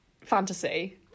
fantasy